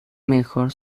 mejor